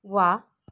वाह